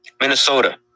Minnesota